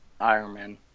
Ironman